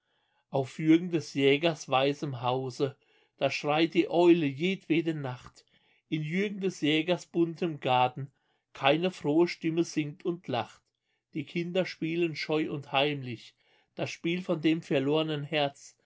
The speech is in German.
auf jürgen des jägers weißem hause da schreit die eule jedwede nacht in jürgen des jägers buntem garten keine frohe stimme singt und lacht die kinder spielen scheu und heimlich das spiel von dem verlor'nen herz